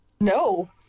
No